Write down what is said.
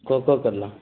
कोकोकला